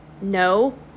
No